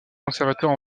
conservateur